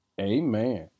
amen